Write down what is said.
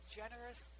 generous